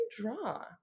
draw